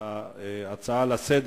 ההצעה להעביר